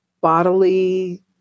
bodily